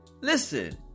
listen